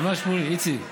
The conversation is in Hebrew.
על מה, איציק?